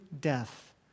death